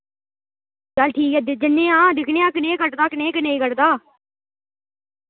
चल ठीक ऐ ते ज'न्ने आं दिक्खनेआं कनेह् कटदा कनेह् क नेईं कटदा